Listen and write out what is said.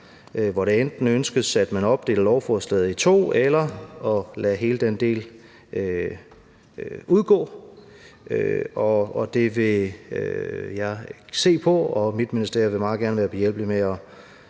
hvor det enten ønskes, at man opdeler lovforslaget i to, eller at man lader hele den del udgå. Det vil jeg se på, og mit ministerie vil meget gerne være behjælpelig med at